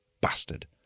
Bastard